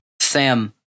Sam